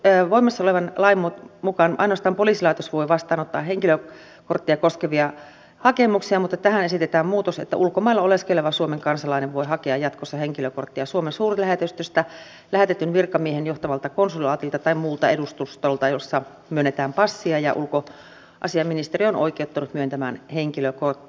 voimassa olevan lain mukaan ainoastaan poliisilaitos voi vastaanottaa henkilökorttia koskevia hakemuksia mutta tähän esitetään muutos että ulkomailla oleskeleva suomen kansalainen voi hakea jatkossa henkilökorttia suomen suurlähetystöltä lähetetyn virkamiehen johtamalta konsulaatilta tai muulta edustustolta jossa myönnetään passeja ja jossa ulkoasiainministeriö on oikeuttanut myöntämään henkilökortteja